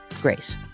Grace